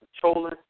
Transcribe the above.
controlling